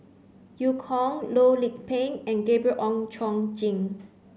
Eu Kong Loh Lik Peng and Gabriel Oon Chong Jin